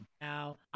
Now